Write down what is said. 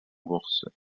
bourse